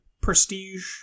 prestige